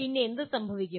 പിന്നെ എന്ത് സംഭവിക്കും